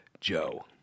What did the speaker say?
Joe